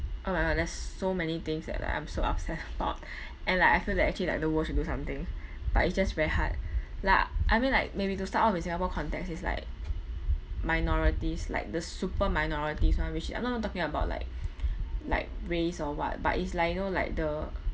oh my god there's so many things that like I'm so upset about and like I feel that actually like the world should do something but it's just very hard lah I mean like maybe to start off in singapore context is like minorities like the super minorities [one] which I'm not not talking about like like race or what but it's like you know like the